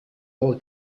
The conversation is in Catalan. del